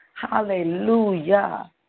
Hallelujah